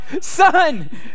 son